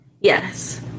yes